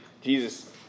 Jesus